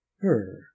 her